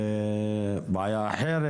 בעיה אחרת.